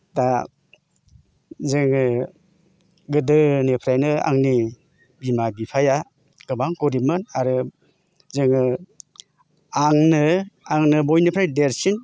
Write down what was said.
दा जोङो गोदोनिफ्रायनो आंनि बिमा बिफाया गोबां गरिबमोन आरो जोङो आंनो आंनो बयनिफ्राय देरसिन